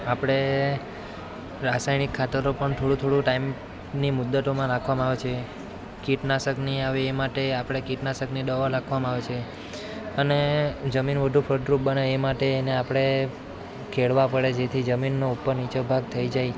આપણે રાસાયણિક ખાતરો પણ થોડું થોડું ટાઈમની મુદ્દતોમાં નાખવામાં આવે છે કીટનાશક ન આવે એ માટે આપણે કીટનાશકની દવા નાખવામાં આવે છે અને જમીન વધુ ફળદ્રુપ બને એ માટે એને આપણે ખેડવા પડે જેથી જમીનનો ઉપર નીચે ભાગ થઈ જાય